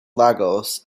lagos